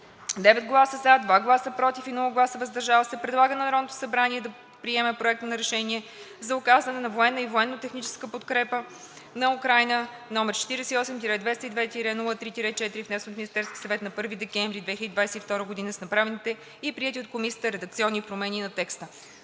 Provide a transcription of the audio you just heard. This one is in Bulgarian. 9 гласа „за“, 2 гласа „против“, без „въздържал се“ предлага на Народното събрание да приеме Проект на решение за оказване на военна и военно-техническа подкрепа на Украйна, № 48-202-03-4, внесен от Министерския съвет на 1 декември 2022 г., с направените и приети от Комисията редакционни промени на текста.“